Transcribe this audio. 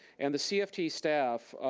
and the cft staff,